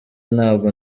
ntabwo